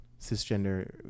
cisgender